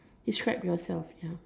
describe yourself ya